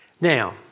Now